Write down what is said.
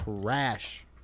crash